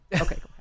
Okay